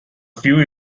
few